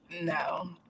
no